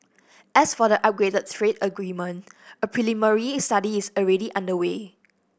as for the upgraded trade agreement a preliminary study is already underway